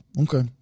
Okay